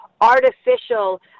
artificial